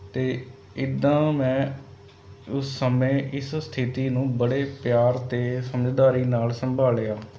ਅਤੇ ਇੱਦਾਂ ਮੈਂ ਉਸ ਸਮੇਂ ਇਸ ਸਥਿਤੀ ਨੂੰ ਬੜੇ ਪਿਆਰ ਅਤੇ ਸਮਝਦਾਰੀ ਨਾਲ਼ ਸੰਭਾਲਿਆ